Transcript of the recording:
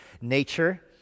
nature